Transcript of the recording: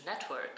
network